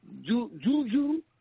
Juju